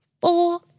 four